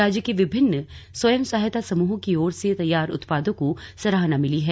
राज्य के विभिन्न स्वयं सहायता समूहों की ओर से तैयार उत्पादों को सराहना मिली है